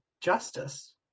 justice